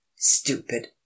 stupid